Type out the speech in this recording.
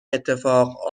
اتفاق